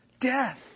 death